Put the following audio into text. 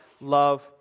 love